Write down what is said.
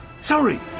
Sorry